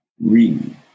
Read